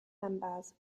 members